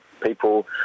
people